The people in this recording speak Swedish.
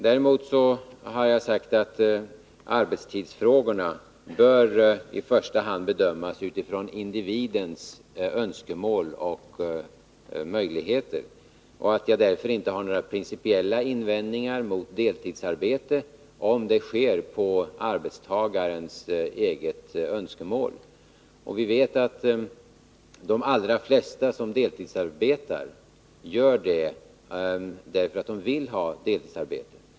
Däremot har jag sagt att arbetstidsfrågorna i första hand bör bedömas utifrån individens önskemål och möjligheter. Jag har inte några principiella invändningar mot deltidsarbete, om det sker enligt arbetstagarens eget önskemål. Vi vet att de allra flesta som deltidsarbetar gör det därför att de vill göra det.